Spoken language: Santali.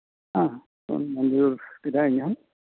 ᱮ ᱢᱚᱧᱡᱩᱨ ᱠᱮᱫᱟ ᱤᱧᱦᱚᱸ